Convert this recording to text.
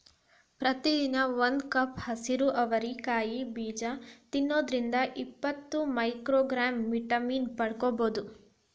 ಪ್ರತಿದಿನ ಒಂದು ಕಪ್ ಹಸಿರು ಅವರಿ ಕಾಯಿ ಬೇಜ ತಿನ್ನೋದ್ರಿಂದ ಇಪ್ಪತ್ತು ಮೈಕ್ರೋಗ್ರಾಂ ವಿಟಮಿನ್ ಪಡ್ಕೋಬೋದು